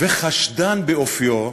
וחשדן באופיו,